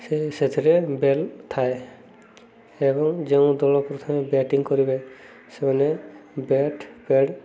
ସେ ସେଥିରେ ବେଲ୍ ଥାଏ ଏବଂ ଯେଉଁ ଦଳ ପ୍ର୍ରଥମେ ବ୍ୟାଟିଂ କରିବେ ସେମାନେ ବ୍ୟାଟ୍ ପ୍ୟାଡ଼୍